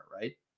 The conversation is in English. right